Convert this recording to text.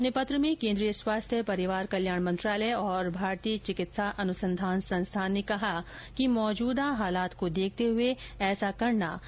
अपने पत्र में केन्द्रीय स्वास्थ्य परिवार कल्याण मंत्रालय और भारतीय चिकित्सा अनुसंधान संस्थान ने कहा है कि मौजूदा हालात को देखते हए ऐसा करना जरूरी है